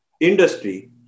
industry